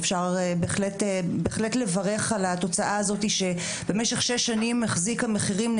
אפשר בהחלט לברך על כך שבמשך שש שנים המחירים היו